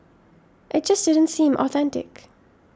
it just didn't seem authentic